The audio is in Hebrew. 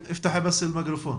(אומרת דברים בשפה הערבית